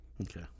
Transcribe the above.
Okay